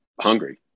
hungry